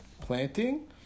planting